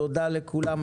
תודה לכולם.